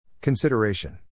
Consideration